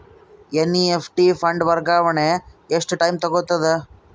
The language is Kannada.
ಎನ್.ಇ.ಎಫ್.ಟಿ ಫಂಡ್ ವರ್ಗಾವಣೆ ಎಷ್ಟ ಟೈಮ್ ತೋಗೊತದ?